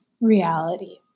reality